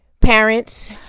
parents